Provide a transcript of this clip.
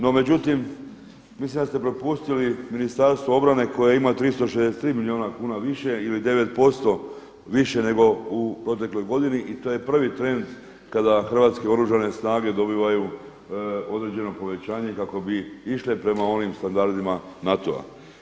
No međutim, mislim da ste propustili Ministarstvo obrane koji ima 363 milijuna kuna više ili 9% više, nego u protekloj godini i to je prvi trend kada Hrvatske oružane snage dobivaju određeno povećanje kako bi išle prema onim standardima NATO-a.